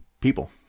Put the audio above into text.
people